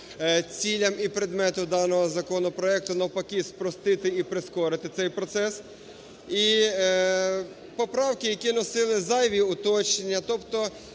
цілям і предмету даного законопроекту, навпаки, спростити і прискорити цей процес. І поправки, які носили зайві уточнення. Тобто